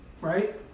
Right